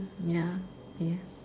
ya ya